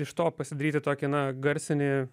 iš to pasidaryti tokį na garsinį